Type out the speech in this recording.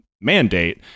mandate